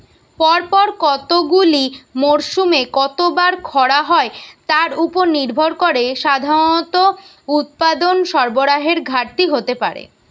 পরপর কতগুলি মরসুমে কতবার খরা হয় তার উপর নির্ভর করে সাধারণত উৎপাদন সরবরাহের ঘাটতি হতে পারে